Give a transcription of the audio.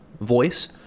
voice